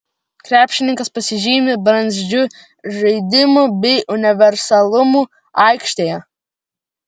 krepšininkas pasižymi brandžiu žaidimu bei universalumu aikštėje